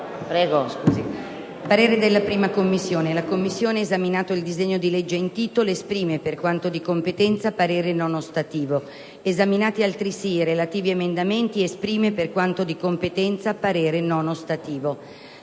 «La 1a Commissione permanente, esaminato il disegno di legge in titolo, esprime, per quanto di competenza, parere non ostativo. Esaminati altresì i relativi emendamenti, esprime, per quanto di competenza, parere non ostativo».